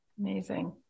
Amazing